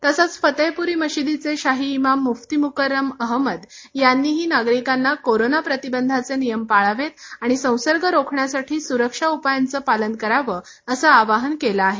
तसंच फतेहपूरी मशिदीचे शाही इमाम मुफ्ती मुकर्रम अहमद यांनीही नागरिकांना कोरोना प्रतिबंधाचे नियम पाळावेत आणि संसर्ग रोखण्यासाठी सुरक्षा उपायांच पालन करावं असं आवाहन केल आहे